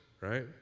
right